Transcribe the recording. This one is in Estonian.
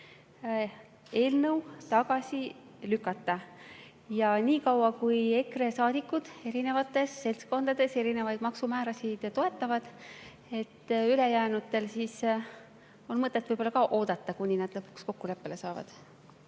eelnõu tagasi lükata. Ja nii kaua, kui EKRE saadikud erinevates seltskondades erinevaid maksumäärasid toetavad, on ülejäänutel mõtet võib-olla oodata, kuni nad lõpuks kokkuleppele saavad.